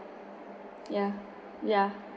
ya ya